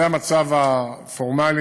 זה המצב הפורמלי.